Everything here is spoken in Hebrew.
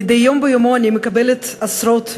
מדי יום ביומו אני מקבלת עשרות פניות,